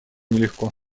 нелегко